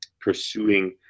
pursuing